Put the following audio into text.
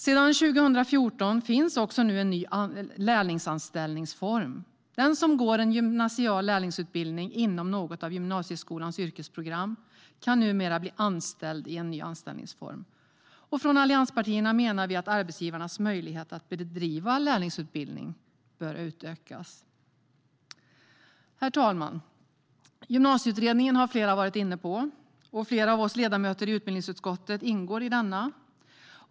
Sedan 2014 finns nu en ny anställningsform för lärlingar. Den som går en gymnasial lärlingsutbildning inom något av gymnasieskolans yrkesprogram kan numera bli anställd i en ny form. Vi i allianspartierna menar att arbetsgivarnas möjlighet att bedriva lärlingsutbildning bör utökas. Herr talman! Flera har tagit upp Gymnasieutredningen. Flera av ledamöterna i utbildningsutskottet ingår i denna.